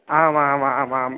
आम् आम् आम् आम्